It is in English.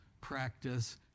practice